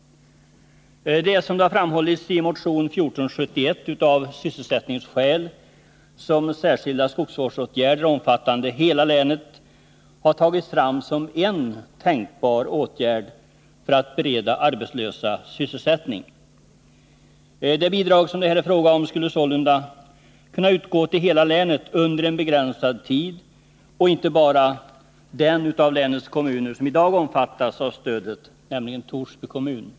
Det är, som har framhållits i motion 1471, av sysselsättningsskäl som särskilda skogsvårdsåtgärder, omfattande hela länet, har tagits fram som en tänkbar åtgärd för att bereda arbetslösa sysselsättning. Det bidrag som det här är fråga om skulle sålunda kunna utgå till hela länet under en begränsad tid och inte bara till den av länets kommuner som i dag omfattas av stödet, nämligen Torsby kommun.